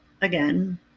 again